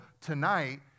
tonight